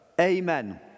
Amen